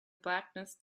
blackness